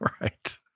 Right